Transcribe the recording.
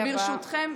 ברשותכם,